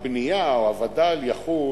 הבנייה, או הווד"ל, יחול